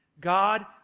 God